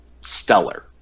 stellar